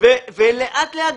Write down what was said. לאט לאט